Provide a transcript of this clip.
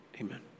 Amen